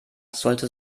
sollte